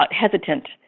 hesitant